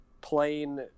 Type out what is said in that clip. plain